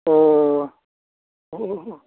अ'